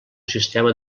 sistema